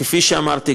כפי שאמרתי,